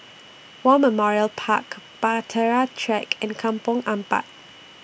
War Memorial Park Bahtera Track and Kampong Ampat